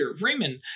Raymond